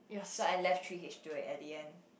so I left three H-two at the end